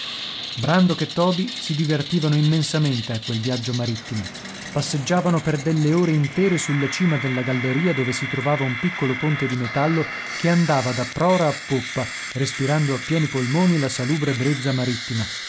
brandok e toby si divertivano immensamente a quel viaggio marittimo passeggiavano per delle ore intere sulla cima della galleria dove si trovava un piccolo ponte di metallo che andava da prora a poppa respirando a pieni polmoni la salubre brezza marittima